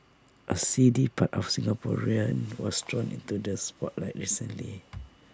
A seedy part of Singaporean was thrown into the spotlight recently